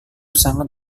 sangat